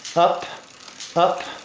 up up,